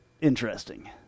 interesting